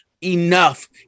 enough